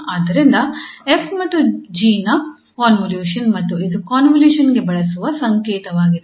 ಆದ್ದರಿಂದ 𝑓 ಮತ್ತು 𝑔 ನ ಕಾಂವೊಲ್ಯೂಷನ್ ಮತ್ತು ಇದು ಕಾಂವೊಲ್ಯೂಷನ್ ಗೆ ಬಳಸುವ ಸಂಕೇತವಾಗಿದೆ